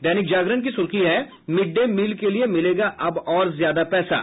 दैनिक जागरण की सुर्खी है मिड डे मिल के लिए मिलेगा अब और ज्यादा पैसा